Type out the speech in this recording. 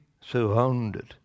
surrounded